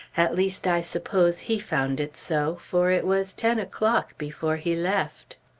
at least i suppose he found it so, for it was ten o'clock before he left.